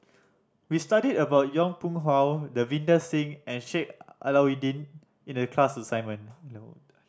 we studied about Yong Pung How Davinder Singh and Sheik Alau'ddin in the class assignment no